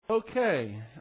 Okay